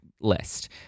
list